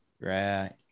Right